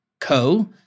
co